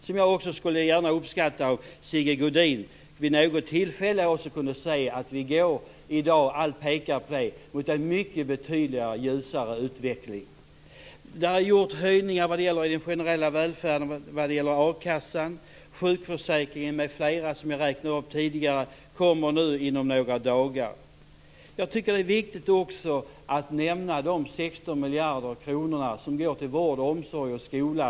Jag skulle uppskatta om Sigge Godin vid något tillfälle kunde säga att vi går mot en betydligt ljusare utveckling. Allt pekar på det. Vad gäller den generella välfärden kan jag säga att det har gjorts höjningar i a-kassan. Sjukförsäkringen, m.m., tas upp inom några dagar. Jag räknade upp det tidigare. Jag tycker också att det är viktigt att nämna de 16 miljarder kronorna som går till vård, omsorg och skola.